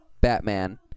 Batman